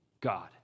God